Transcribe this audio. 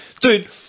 Dude